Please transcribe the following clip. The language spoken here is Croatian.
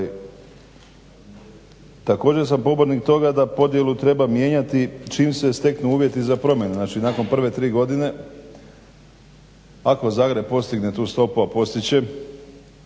također sam pobornik toga da podjelu treba mijenjati čim se steknu uvjeti za promjenu, znači nakon prve tri godine ako Zagreb postigne tu stopu, a postići